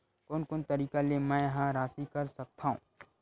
कोन कोन तरीका ले मै ह राशि कर सकथव?